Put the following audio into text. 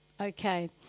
Okay